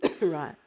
Right